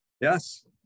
Yes